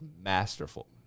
masterful